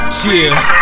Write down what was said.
Chill